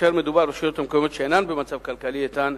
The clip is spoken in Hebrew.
כאשר מדובר ברשויות מקומיות שאינן במצב כלכלי איתן,